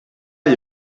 you